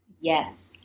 Yes